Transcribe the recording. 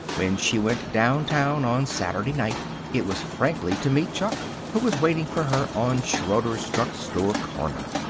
when she went downtown on saturday night it was frankly to meet chuck, who was waiting for her on schroeder's drugstore corner.